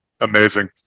Amazing